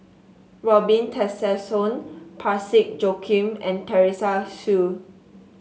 Robin Tessensohn Parsick Joaquim and Teresa Hsu